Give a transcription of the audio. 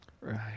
Right